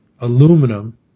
aluminum